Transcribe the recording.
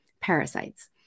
parasites